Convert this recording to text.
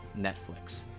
Netflix